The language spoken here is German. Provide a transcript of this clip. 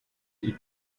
wie